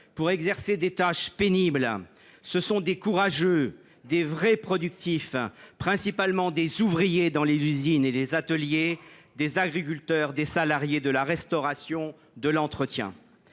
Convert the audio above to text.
pour exercer des tâches pénibles. Ce sont des courageux et de vrais productifs : principalement des ouvriers dans les usines et les ateliers, des agriculteurs, des salariés de la restauration et de l’entretien.